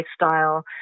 lifestyle